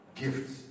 gifts